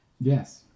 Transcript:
Yes